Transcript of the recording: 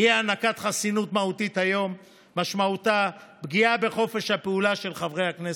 אי-הענקת חסינות מהותית היום משמעותה פגיעה בחופש הפעולה של חברי הכנסת,